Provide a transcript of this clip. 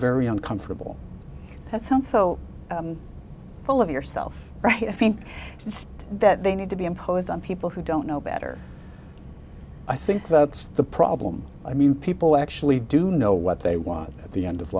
very uncomfortable that sounds so full of yourself right i think that they need to be imposed on people who don't know better i think that's the problem i mean people actually do know what they want at the end of